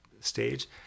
stage